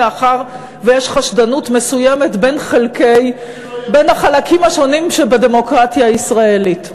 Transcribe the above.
מאחר שיש חשדנות מסוימת בין החלקים השונים שבדמוקרטיה הישראלית.